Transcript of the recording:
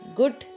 good